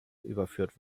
überführt